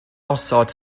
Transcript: osod